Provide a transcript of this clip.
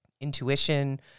intuition